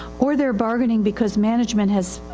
or theyire bargaining because management has,